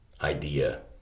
idea